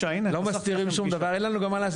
אנחנו לא מסתירים שום דבר ואין לנו גם מה להסתיר,